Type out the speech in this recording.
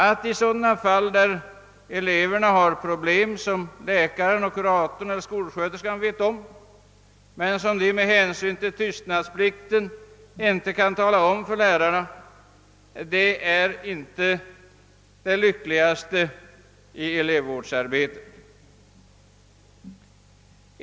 Att eleverna har problem som läkaren, kuratorn eller skolsköterskan vet om, men som de med hänsyn till tystnadsplikten inte kan tala om för lärarna, innebär svårigheter i elevvårdsarbetet.